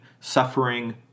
suffering